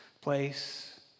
place